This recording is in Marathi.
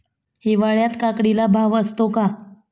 हिवाळ्यात काकडीला भाव असतो का?